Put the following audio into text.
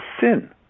sin